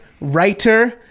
writer